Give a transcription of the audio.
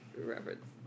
reference